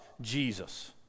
Jesus